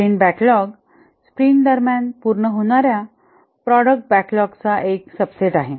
sprint backlog sprint दरम्यान पूर्ण होणार्या प्रॉडक्ट बॅकलॉगचा एक सबसेट आहे